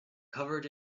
covered